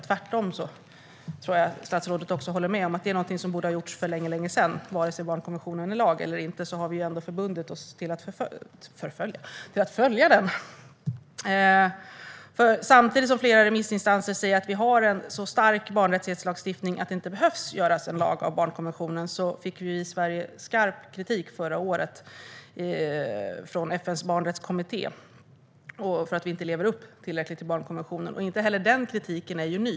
Tvärtom borde detta ha gjorts för länge sedan, vilket jag tror jag att statsrådet håller med om. Oavsett om barnkonventionen är lag eller inte har vi ändå förbundit oss att följa den. Samtidigt som flera remissinstanser säger att vi har en så stark barnrättighetslagstiftning att barnkonventionen inte behöver göras till lag fick Sverige förra året skarp kritik från FN:s barnrättskommitté för att vi inte efterlever barnkonventionen tillräckligt väl. Inte heller den kritiken är ny.